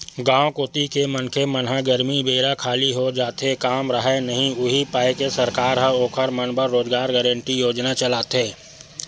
गाँव कोती के मनखे मन ह गरमी बेरा खाली हो जाथे काम राहय नइ उहीं पाय के सरकार ह ओखर मन बर रोजगार गांरटी योजना चलाथे